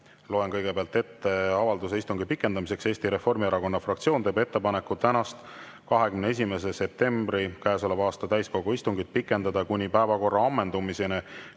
loen kõigepealt ette avalduse istungi pikendamiseks: "Eesti Reformierakonna fraktsioon teeb ettepaneku tänast, 21. septembri käesoleva aasta täiskogu istungit pikendada kuni päevakorra ammendumiseni,